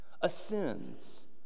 ascends